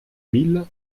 mille